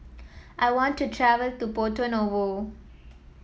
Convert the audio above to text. I want to travel to Porto Novo